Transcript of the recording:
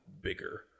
bigger